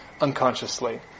unconsciously